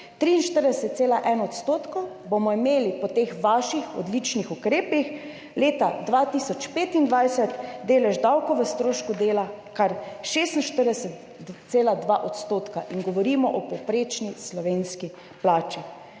43,1 %, bomo imeli po teh vaših odličnih ukrepih leta 2025 delež davkov v strošku dela kar 46,2 %, govorimo o povprečni slovenski plači.